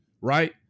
right